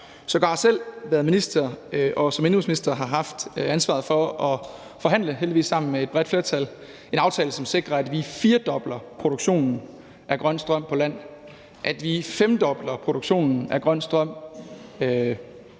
sågar selv været minister og har som indenrigsminister haft ansvaret for at forhandle – heldigvis sammen med et bredt flertal – en aftale, som sikrer, at vi firdobler produktionen af grøn strøm på land, at vi femdobler produktionen af grøn strøm